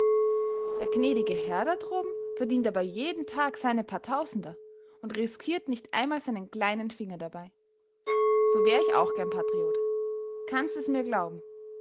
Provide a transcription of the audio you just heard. der gnädige herr da droben verdient aber jeden tag seine paar tausender und riskiert nicht einmal seinen kleinen finger dabei so wär ich auch gern patriot kannst es mir glauben